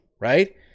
right